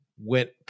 went